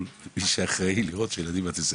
מי שאחראי על נוכחות הילדים בבית הספר,